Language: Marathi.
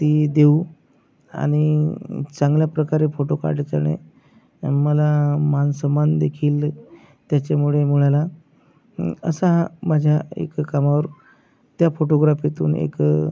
ती देऊ आणि चांगल्या प्रकारे फोटो काढल्याच्याने मला मानसन्मानदेखील त्याच्यामुळे मिळाला असा हा माझ्या एका कामावर त्या फोटोग्राफीतून एक